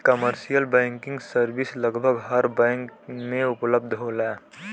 commercial banking service लगभग हर bank में उपलब्ध होला